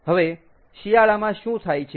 હવે શિયાળામાં શું થાય છે